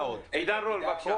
עידו רול, בבקשה.